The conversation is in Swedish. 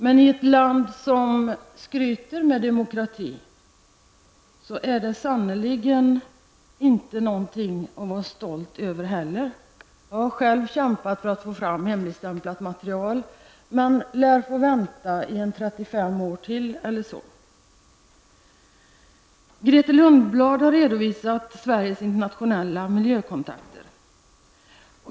Men i ett land som skryter med demokrati är censur sannerligen inte någonting att vara stolt över. Jag har själv kämpat för att få fram hemligstämplat material, men jag lär nog få vänta i ytterligare 35 år eller så. Grethe Lundblad har redovisat Sveriges internationella miljökontakter.